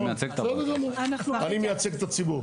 אני מייצג את הבנקים.